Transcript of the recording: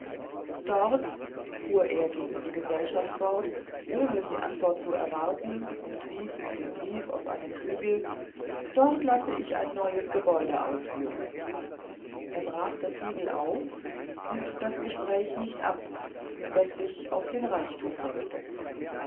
dort fuhr er gegen die gesellschaft fort ohne die antwort zu erwarten und wies mit dem brief auf einen hügel dort laß ich das neue gebäude aufführen er brach das siegel auf und das gespräch nicht ab das sich auf den reichtum lenkte